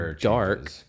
dark